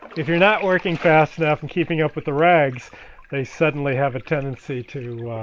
if you're not working fast enough and keeping up with the rags they suddenly have a tendency to